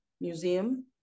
Museum